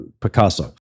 Picasso